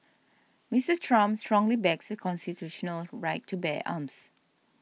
Mister Trump strongly backs the constitutional right to bear arms